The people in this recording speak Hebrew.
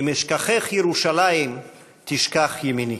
"אם אשכחך ירושלים תשכח ימיני".